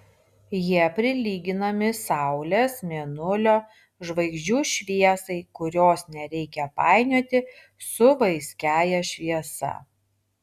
jie prilyginami saulės mėnulio žvaigždžių šviesai kurios nereikia painioti su vaiskiąja šviesa